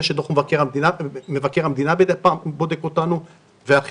שמבקר המדינה מידי פעם בודק אותנו ואחרים.